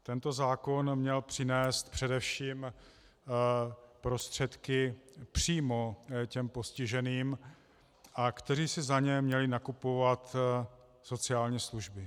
Tento zákon měl přinést především prostředky přímo těm postiženým, kteří si za ně měli nakupovat sociální služby.